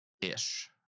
Ish